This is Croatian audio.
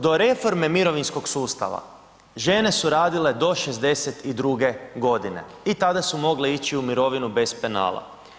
Do reforme mirovinskog sustava, žene su radile do 62. godine i tada su mogle ići u mirovinu bez penala.